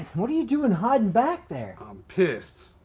what are you doing hiding back there. i'm pissed.